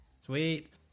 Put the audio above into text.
Sweet